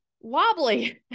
wobbly